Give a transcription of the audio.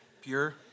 Pure